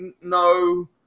no